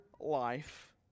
life